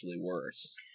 worse